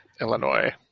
Illinois